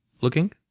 looking